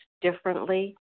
differently